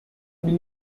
bin